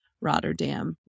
Rotterdam